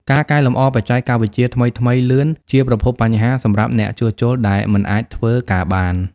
ការកែលម្អបច្ចេកវិទ្យាថ្មីៗលឿន ជាប្រភពបញ្ហាសម្រាប់អ្នកជួសជុលដែលមិនអាចធ្វើការបាន។